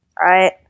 right